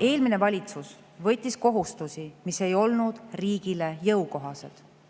eelmine valitsus võttis kohustusi, mis ei olnud riigile jõukohased.